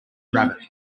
rabbit